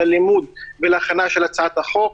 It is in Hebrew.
ללימוד ולהכנה של הצעת החוק,